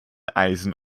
eisen